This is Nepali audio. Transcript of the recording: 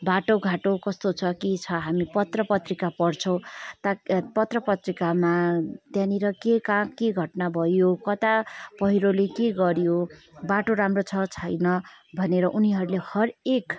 बाटो घाटो कस्तो छ के छ हामीले पत्र पत्रिका पढ्छौँ ताक पत्र पत्रिकामा त्यहाँनिर के कहाँ के घटना भयो कता पहिरोले के गऱ्यो बाटो राम्रो छ छैन भनेर उनीहरूले हर एक